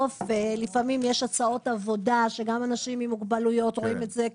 לפעמים יש הצעות עבודה שגם אנשים עם מוגבלויות רואים את זה.